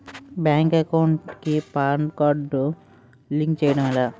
Bank account కి PAN card link చేయడం ఎలా?